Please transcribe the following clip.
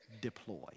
deploy